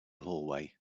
hallway